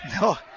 no